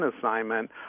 assignment